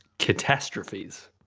catastrophes?